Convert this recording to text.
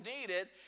needed